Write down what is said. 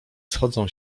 schodzą